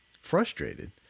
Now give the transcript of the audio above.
Frustrated